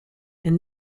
and